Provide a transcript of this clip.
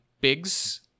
Biggs